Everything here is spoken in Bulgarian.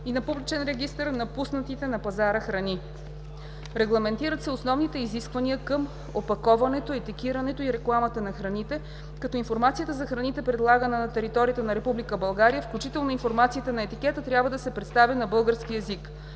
и на публичен регистър на пуснатите на пазара храни. Регламентират се основните изисквания към опаковането, етикетирането и рекламата на храните, като информацията за храните, предлагани на територията на Република България, включително информацията на етикета, трябва да се представя на български език.